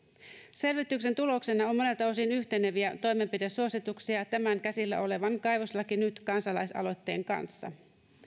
selvityksen tuloksena on monelta osin yhteneviä toimenpidesuosituksia tämän käsillä olevan kaivoslaki nyt kansalaisaloitteen kanssa